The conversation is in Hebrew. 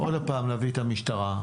עוד פעם נביא את המשטרה,